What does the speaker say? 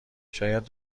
شاید